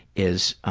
is